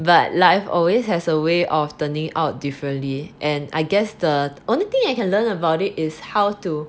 but life always has a way of turning out differently and I guess the only thing I can learn about it is how to